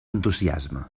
entusiasme